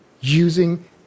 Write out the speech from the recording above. using